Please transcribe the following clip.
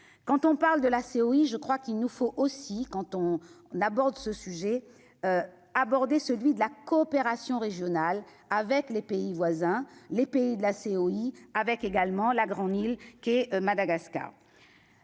quand on parle de la CEI, je crois qu'il nous faut aussi quand on n'aborde ce sujet abordé, celui de la coopération régionale avec les pays voisins, les pays de la CEI, avec également la grande île qui est Madagascar